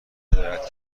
هدایت